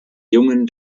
jungen